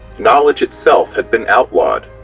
knowledge itself had been outlawed.